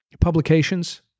publications